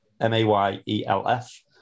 M-A-Y-E-L-F